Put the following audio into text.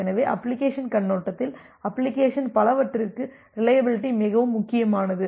எனவே அப்ளிகேஷன் கண்ணோட்டத்தில் அப்ளிகேஷன் பலவற்றிற்கு ரிலையபிலிட்டி மிகவும் முக்கியமானது